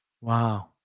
Wow